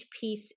piece